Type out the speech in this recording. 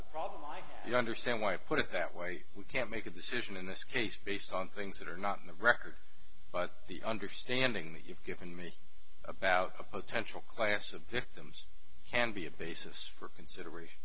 a problem like you understand why i put it that way we can't make a decision in this case based on things that are not in the record but the understanding that you've given me about a potential class of victims can be a basis for consideration